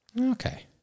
Okay